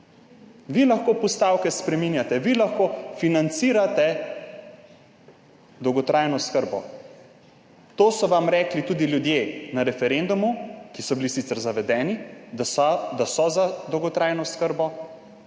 vi lahko postavke spreminjate, vi lahko financirate dolgotrajno oskrbo. To so vam rekli tudi ljudje na referendumu, ki so bili sicer zavedeni, da so za dolgotrajno oskrbo